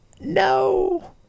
No